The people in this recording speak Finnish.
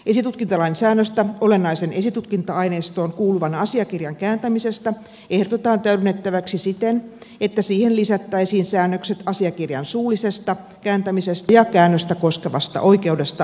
esitutkintalain säännöstä olennaisen esitutkinta aineistoon kuuluvan asiakirjan kääntämisestä ehdotetaan täydennettäväksi siten että siihen lisättäisiin säännökset asiakirjan suullisesta kääntämisestä ja käännöstä koskevasta oikeudesta luopumisesta